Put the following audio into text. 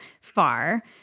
far